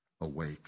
awake